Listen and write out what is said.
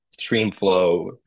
Streamflow